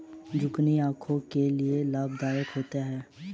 zucchini आंखों के लिए लाभदायक होती है